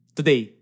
Today